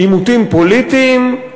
עימותים פוליטיים,